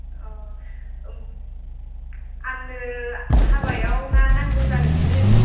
अ आंनो हाबायाव ना नांगौ जादोमोन